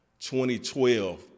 2012